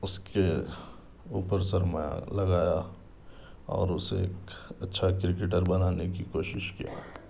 اس کے اوپر سرمایہ لگایا اور اسے ایک اچھا کرکٹر بنانے کی کوشش کیا